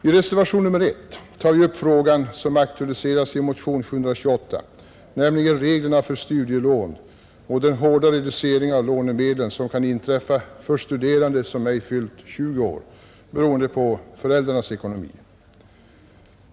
I reservation nr 1 tar vi upp frågan som aktualiserats i motion 728, nämligen reglerna för studielån och den hårda reducering av lånemedlen som kan inträffa för studerande som ej fyllt 20 år, beroende på föräldrarnas ekonomi.